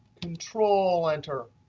control enter,